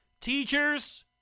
teachers